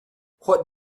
what